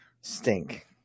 stink